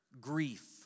grief